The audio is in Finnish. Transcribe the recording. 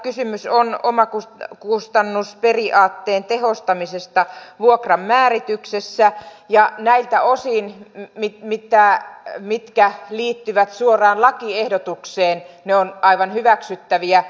kysymys on omakustannusperiaatteen tehostamisesta vuokran määrityksessä ja näiltä osin mitkä liittyvät suoraan lakiehdotukseen ne ovat aivan hyväksyttäviä